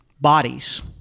bodies